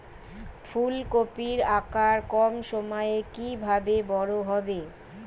ফুলকপির আকার কম সময়ে কিভাবে বড় হবে?